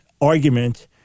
argument